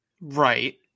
Right